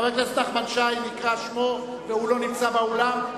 חבר הכנסת נחמן שי נקרא שמו והוא לא נמצא באולם,